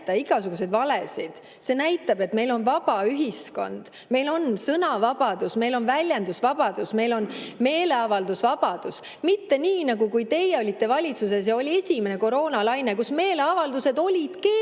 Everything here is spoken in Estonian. igasuguseid valesid, näitab, et meil on vaba ühiskond, meil on sõnavabadus, meil on väljendusvabadus, meil on meeleavaldusvabadus. Mitte nii nagu siis, kui teie olite valitsuses ja oli esimene koroonalaine, kui meeleavaldused olid keelatud.